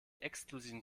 exklusiven